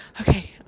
okay